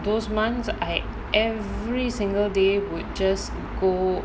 those months I every single day would just go